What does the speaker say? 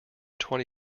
twenty